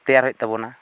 ᱛᱮᱭᱟᱨ ᱦᱩᱭᱩᱜ ᱛᱟᱵᱚᱱᱟ